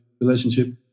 relationship